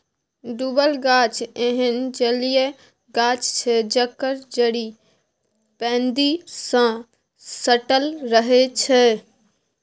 डुबल गाछ एहन जलीय गाछ छै जकर जड़ि पैंदी सँ सटल रहै छै